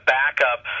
backup